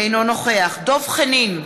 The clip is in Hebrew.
אינו נוכח דב חנין,